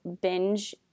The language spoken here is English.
binge